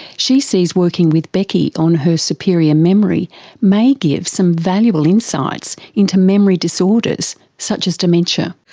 she sees working with becky on her superior memory may give some valuable insights into memory disorders such as dementia.